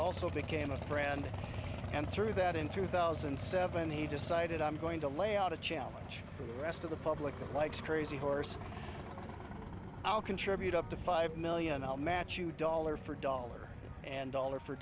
also became a friend and sort of that in two thousand and seven he decided i'm going to lay out a challenge for the rest of the public likes crazyhorse i'll contribute up to five million i'll match you dollar for dollar and dollar for